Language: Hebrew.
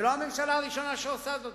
זו לא הממשלה הראשונה שעושה זאת,